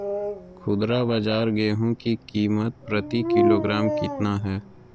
खुदरा बाजार गेंहू की कीमत प्रति किलोग्राम कितना है?